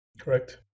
Correct